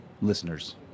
listeners